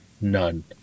None